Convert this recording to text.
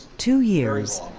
two years.